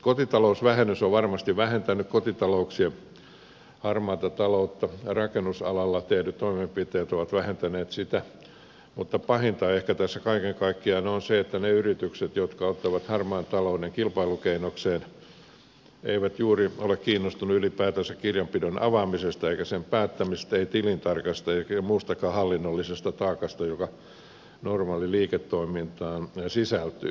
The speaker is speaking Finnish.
kotitalousvähennys on varmasti vähentänyt kotitalouksien harmaata taloutta rakennusalalla tehdyt toimenpiteet ovat vähentäneet sitä mutta pahinta tässä kaiken kaikkiaan on ehkä se että ne yritykset jotka ottavat harmaan talouden kilpailukeinokseen eivät juuri ole kiinnostuneita ylipäätänsä kirjanpidon avaamisesta eivät sen päättämisestä eivät tilintarkastajasta eivätkä muustakaan hallinnollisesta taakasta joka normaaliin liiketoimintaan sisältyy